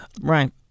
Right